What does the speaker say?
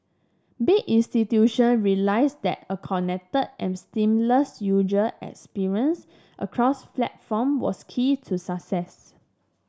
big institution realised that a connected and seamless user experience across platform was key to success